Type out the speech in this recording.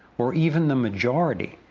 or even the majority,